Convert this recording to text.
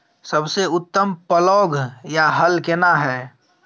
सबसे उत्तम पलौघ या हल केना हय?